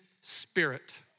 spirit